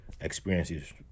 experiences